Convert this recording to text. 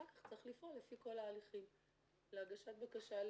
אחר כך צריך לפעול לפי כל ההליכים להגשת בקשה להיתר.